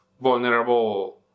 vulnerable